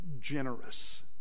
generous